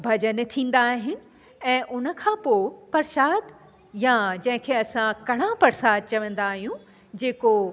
भॼन थींदा आहिनि ऐं उनखां पोइ प्रशादु या जंहिंखे असां कड़ाहु प्रशादु चवंदा आहियूं जेको